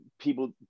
People